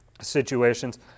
situations